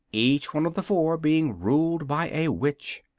each one of the four being ruled by a witch.